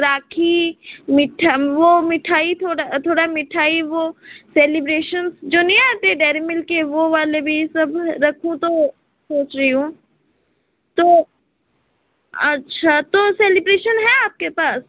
राखी मिठा वह मिठाई थोड़ा थोड़ा मिठाई वह सेलिब्रेशन जो नहीं आते डेयरी मिल्क के वह वाले भी सब रखूँ तो सोच रही हूँ तो अच्छा तो सेलिब्रेशन है आपके पास